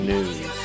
News